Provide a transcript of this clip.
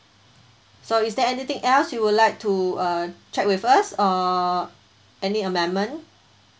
so is there anything else you would like to uh check with us uh any amendment